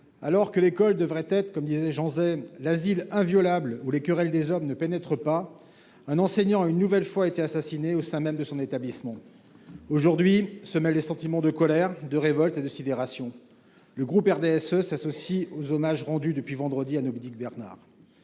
Alors que l’école devrait être, comme disait Jean Zay, « l’asile inviolable où les querelles des hommes ne pénètrent pas », un enseignant a une nouvelle fois été assassiné, au sein même de son établissement. Aujourd’hui se mêlent des sentiments de colère, de révolte et de sidération. Le groupe RDSE s’associe aux hommages rendus depuis vendredi dernier